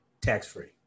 tax-free